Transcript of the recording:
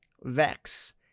vex